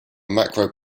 macro